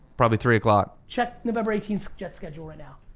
probably three o'clock. check november eighteenth jets schedule right now.